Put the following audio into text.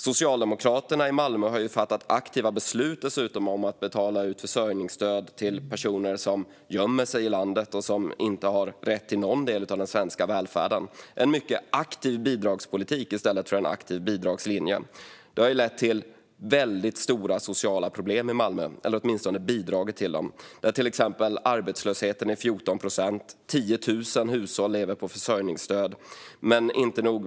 Socialdemokraterna i Malmö har dessutom fattat aktiva beslut om att betala ut försörjningsstöd till personer som gömmer sig i landet och inte har rätt till någon del av den svenska välfärden - en mycket aktiv bidragspolitik i stället för en aktiv arbetslinje. Detta har bidragit till väldigt stora sociala problem i Malmö. Arbetslösheten är till exempel 14 procent, och 10 000 hushåll lever på försörjningsstöd.